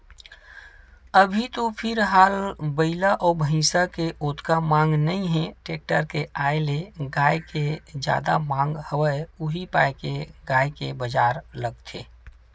अभी तो फिलहाल बइला अउ भइसा के ओतका मांग नइ हे टेक्टर के आय ले गाय के जादा मांग हवय उही पाय के गाय के बजार लगथे